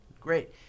Great